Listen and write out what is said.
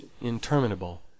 interminable